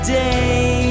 day